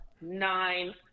nine